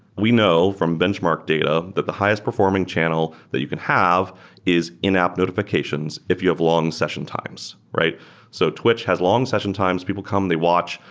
we know, from benchmark data, that the highest performing channel that you can have is in-app notifications if you have long session times. so twitch has long session times. people come, they watch.